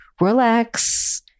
relax